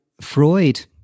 Freud